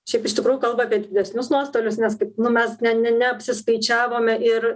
šiaip iš tikrųjų kalba apie didesnius nuostolius nes kaip nu mes ne ne neapsiskaičiavome ir